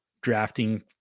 drafting